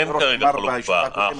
אין חלופה כרגע,